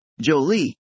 Jolie